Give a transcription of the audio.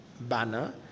banner